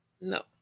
No